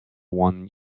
one